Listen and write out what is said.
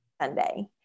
Sunday